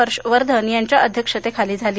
हर्षवर्धन यांच्या अध्यक्षतेखाली झाली